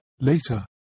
Later